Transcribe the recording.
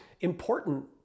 important